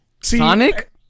Sonic